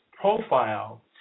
profile